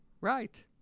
Right